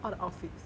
all the outfits